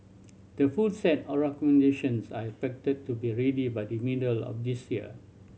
the full set of recommendations are expected to be ready by the middle of this year